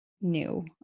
new